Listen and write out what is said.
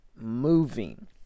moving